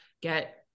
get